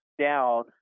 down